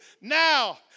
Now